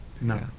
no